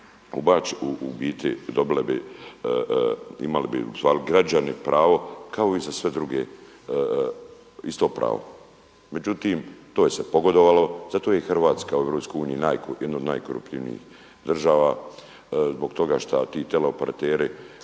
ubačene, u biti dobile bi, imali bi građani pravo kao i za sve druge isto pravo. Međutim, to je se pogodovalo. Zato je i Hrvatska u EU jedna od najkorumpiranijih država, zbog toga šta ti tele operateri